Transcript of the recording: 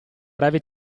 breve